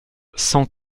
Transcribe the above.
cent